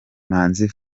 manzi